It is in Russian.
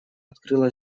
открыла